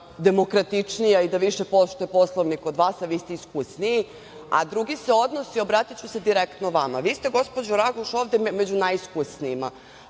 demokratičnija i da više poštuje Poslovnik od vas, a vi ste iskusniji. Drugi se odnosi, obratiću se direktno vama. Vi ste gospođo Raguš ovde među najiskusnijima.